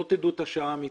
לא תדעו את השעה האמיתית.